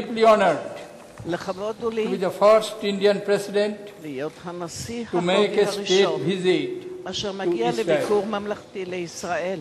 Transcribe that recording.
לכבוד הוא לי להיות הנשיא ההודי הראשון אשר מגיע לביקור ממלכתי בישראל.